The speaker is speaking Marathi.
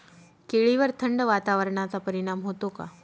केळीवर थंड वातावरणाचा परिणाम होतो का?